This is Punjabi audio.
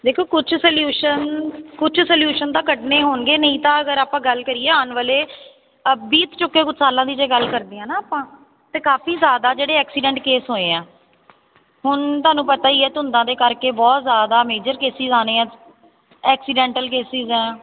ਦੇਖੋ ਕੁਛ ਸਲਿਊਸ਼ਨ ਕੁਛ ਸਲਿਊਸ਼ਨ ਤਾਂ ਕੱਢਣੇ ਹੋਣਗੇ ਨਹੀਂ ਤਾਂ ਅਗਰ ਆਪਾਂ ਗੱਲ ਕਰੀਏ ਆਉਣ ਵਾਲੇ ਬੀਤ ਚੁੱਕੇ ਕੁਛ ਸਾਲਾਂ ਦੀ ਜੇ ਗੱਲ ਕਰਦੇ ਹਾਂ ਨਾ ਆਪਾਂ ਅਤੇ ਕਾਫੀ ਜ਼ਿਆਦਾ ਜਿਹੜੇ ਐਕਸੀਡੈਂਟ ਕੇਸ ਹੋਏ ਆ ਹੁਣ ਤੁਹਾਨੂੰ ਪਤਾ ਹੀ ਹੈ ਧੁੰਦਾਂ ਦੇ ਕਰਕੇ ਬਹੁਤ ਜ਼ਿਆਦਾ ਮੇਜਰ ਕੇਸਿਜ ਆਉਣੇ ਆ ਐਕਸੀਡੈਂਟਲ ਕੇਸਿਜ ਆ